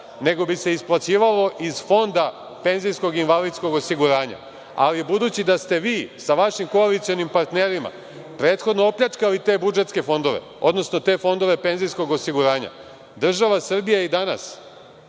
nego bi se isplaćivalo iz Fonda PIO.Ali, budući da ste vi sa vašim koalicionim partnerima prethodno opljačkali te budžetske fondove, odnosno te fondove penzijskog osiguranja, država Srbija i danas